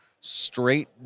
straight